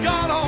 God